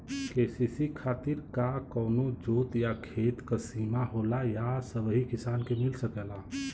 KCC खातिर का कवनो जोत या खेत क सिमा होला या सबही किसान के मिल सकेला?